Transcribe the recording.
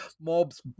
mobs